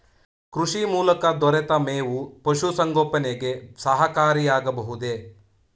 ಕೃಷಿ ಮೂಲಕ ದೊರೆತ ಮೇವು ಪಶುಸಂಗೋಪನೆಗೆ ಸಹಕಾರಿಯಾಗಬಹುದೇ?